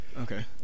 Okay